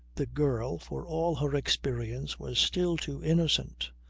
the girl for all her experience was still too innocent,